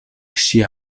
ŝia